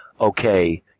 okay